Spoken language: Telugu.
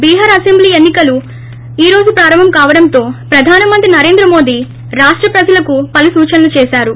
బిహార్ అసెంబ్లీ ఎన్నికలు ఈ రోజు ప్రారంభం కావడంతో ప్రధాన మంత్రి నరేంద్ర మోదీ రాష్ట ప్రజలకు పలు సూచనలు చేశారు